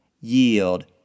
yield